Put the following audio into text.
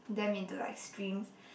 them into like streams